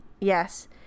yes